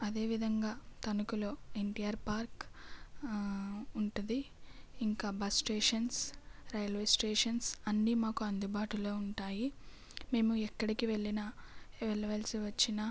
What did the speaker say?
అదేవిధంగా తణుకులో ఎన్టీఆర్ పార్క్ ఉంటుంది ఇంకా బస్ స్టేషన్స్ రైల్వే స్టేషన్స్ అన్నీ మాకు అందుబాటులో ఉంటాయి మేము ఎక్కడికి వెళ్ళిన వెళ్ళవలసి వచ్చిన